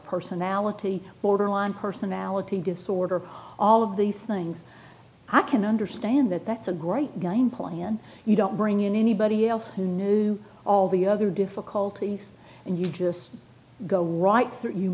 personality borderline personality disorder all of these things i can understand that that's a great guy in play and you don't bring in anybody else who knew all the other difficulties and you just go right th